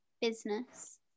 Business